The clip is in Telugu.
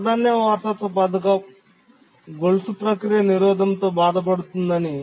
ప్రాధాన్యత వారసత్వ పథకం గొలుసు ప్రక్రియ నిరోధంతో బాధపడుతుందని